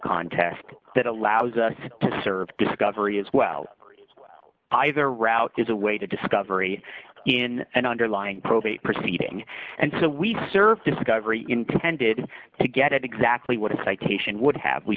contest that allows us to serve discovery as well either route is a way to discovery in an underlying probate proceeding and so we served discovery intended to get exactly what a citation would have we